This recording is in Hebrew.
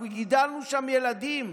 אנחנו גידלנו שם ילדים,